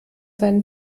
seinen